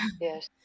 yes